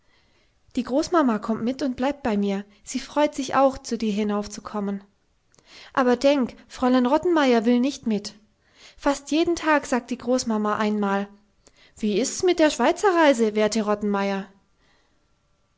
die großmama kommt mit und bleibt bei mir sie freut sich auch zu dir hinaufzukommen aber denk fräulein rottenmeier will nicht mit fast jeden tag sagt die großmama einmal wie ist's mit der schweizerreise werte